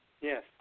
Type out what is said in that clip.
Yes